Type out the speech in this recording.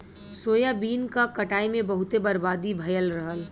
soybean क कटाई में बहुते बर्बादी भयल रहल